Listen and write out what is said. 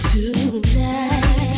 Tonight